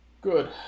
Good